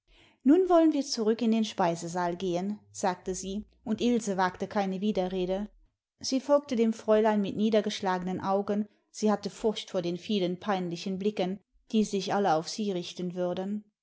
nun wollen wir zurück in den speisesaal gehen sagte sie und ilse wagte keine widerrede sie folgte dem fräulein mit niedergeschlagenen augen sie hatte furcht vor den vielen peinlichen blicken die sich alle auf sie richten würden